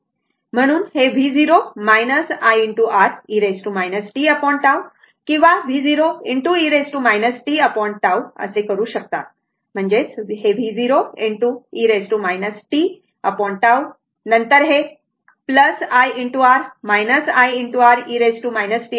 म्हणून हे v0 I R e tT किंवा v0 e tTअसे करू शकता म्हणजे हे v0 ✕ e tT नंतर हे I R I R e t